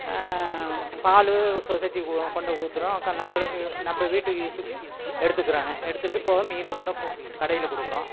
பால் society ஓ கொண்டு ஊற்றுறோம் க நம்மளுக்கு நம்ம வீட்டு யூஸ்ஸுக்கு எடுத்துக்கிறோங்க எடுத்துகிட்டு போக மீதியை கொண்டு கு கடையில் கொடுக்கறோம்